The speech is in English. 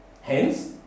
Hence